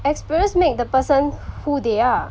experience make the person who they are